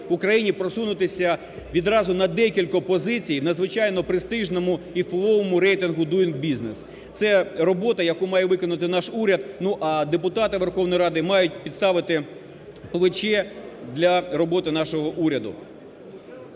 Україні просунутися відразу на декілька позицій в надзвичайно престижному і впливовому рейтингу Doing Business. Це робота, яку має виконати наш уряд, ну, а депутати Верховної Ради мають підставити плече для роботи нашого уряду.